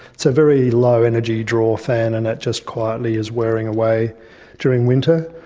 it's a very low energy draw fan and it just quietly is whirring away during winter,